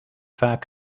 vaak